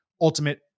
ultimate